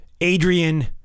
Adrian